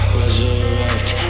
resurrect